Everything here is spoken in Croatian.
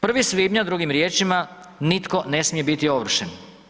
1. svibnja drugim riječima nitko ne smije biti ovršen.